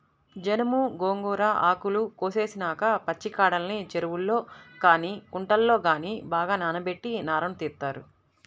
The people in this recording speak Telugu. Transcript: జనుము, గోంగూర ఆకులు కోసేసినాక పచ్చికాడల్ని చెరువుల్లో గానీ కుంటల్లో గానీ బాగా నానబెట్టి నారను తీత్తారు